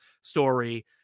story